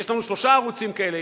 יש לנו שלושה ערוצים כאלה,